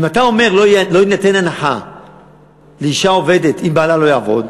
אם אתה אומר: לא תינתן הנחה לאישה עובדת אם בעלה לא יעבוד,